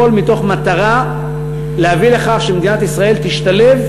הכול במטרה להביא לכך שמדינת ישראל תשתלב